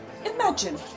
Imagine